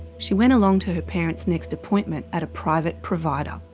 she went along to her parentsnext appointment at a private provider.